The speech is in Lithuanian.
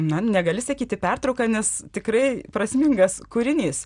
na negali sakyti pertrauka nes tikrai prasmingas kūrinys